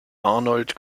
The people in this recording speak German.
arnold